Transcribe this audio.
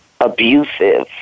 abusive